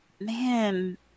man